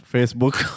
Facebook